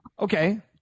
Okay